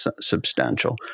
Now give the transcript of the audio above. substantial